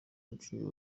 umukinnyi